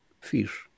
fish